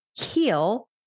heal